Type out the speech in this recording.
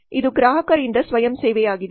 ಇದು ಗ್ರಾಹಕರಿಂದ ಸ್ವಯಂ ಸೇವೆಯಾಗಿದೆ